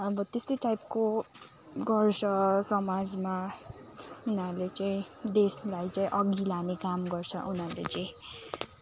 अब त्यस्तै टाइपको गर्छ समाजमा यिनीहरूले चाहिँ देशलाई चाहिँ अघि लाने काम गर्छ उनीहरूले चाहिँ